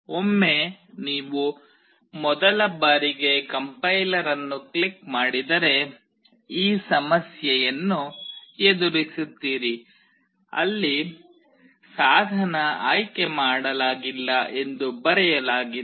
ಒಮ್ಮೆ ನೀವು ಮೊದಲ ಬಾರಿಗೆ ಕಂಪ್ಲೈಯರ್ ಅನ್ನು ಕ್ಲಿಕ್ ಮಾಡಿದರೆ ಈ ಸಮಸ್ಯೆಯನ್ನು ಎದುರಿಸುತ್ತೀರಿ ಅಲ್ಲಿ ಸಾಧನ ಆಯ್ಕೆ ಮಾಡಲಾಗಿಲ್ಲ ಎಂದು ಬರೆಯಲಾಗಿದೆ